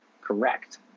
Correct